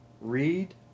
read